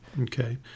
Okay